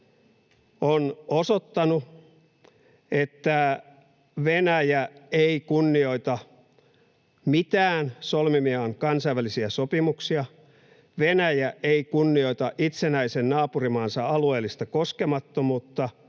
on osoittanut, että Venäjä ei kunnioita mitään solmimiaan kansainvälisiä sopimuksia, Venäjä ei kunnioita itsenäisen naapurimaansa alueellista koskemattomuutta,